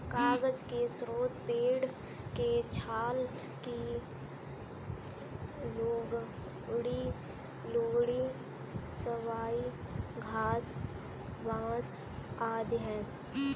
कागज के स्रोत पेड़ के छाल की लुगदी, सबई घास, बाँस आदि हैं